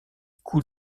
coûts